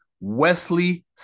Wesley